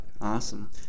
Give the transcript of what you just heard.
awesome